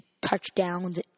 touchdowns